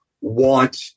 want